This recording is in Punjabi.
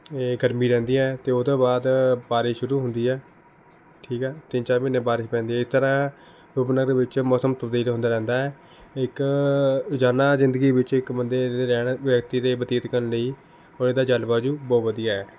ਇਹ ਗਰਮੀ ਰਹਿੰਦੀ ਹੈ ਅਤੇ ਉਹ ਤੋਂ ਬਾਅਦ ਬਾਰਿਸ਼ ਸ਼ੁਰੂ ਹੁੰਦੀ ਹੈ ਠੀਕ ਹੈ ਤਿੰਨ ਚਾਰ ਮਹੀਨੇ ਬਾਰਿਸ਼ ਪੈਂਦੀ ਹੈ ਇਸ ਤਰ੍ਹਾਂ ਰੂਪਨਗਰ ਵਿੱਚ ਮੌਸਮ ਤਬਦੀਲ ਹੁੰਦਾ ਰਹਿੰਦਾ ਹੈ ਇੱਕ ਰੋਜ਼ਾਨਾ ਜ਼ਿੰਦਗੀ ਵਿੱਚ ਇੱਕ ਬੰਦੇ ਦੇ ਰਹਿਣ ਵਿਅਕਤੀ ਦੇ ਬਤੀਤ ਕਰਨ ਲਈ ਉਰੇ ਦਾ ਜਲਵਾਯੂ ਬਹੁਤ ਵਧੀਆ ਹੈ